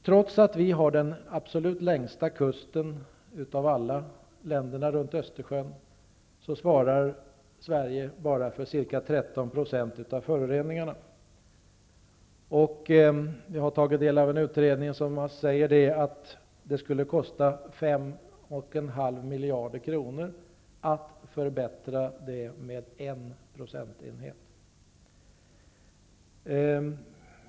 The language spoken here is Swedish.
Trots att vi i Sverige har den absolut längsta kusten av länderna runt Östersjön, svarar Sverige för bara ca 13 % av föroreningarna. Jag har tagit del av en utredning där det sägs att det skulle kosta 5,5 miljarder kronor att förbättra detta med en procentenhet.